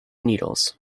needles